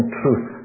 truth